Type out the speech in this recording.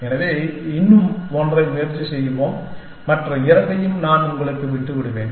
எனவே இன்னும் ஒன்றை முயற்சி செய்வோம் மற்ற இரண்டையும் நான் உங்களுக்கு விட்டுவிடுவேன்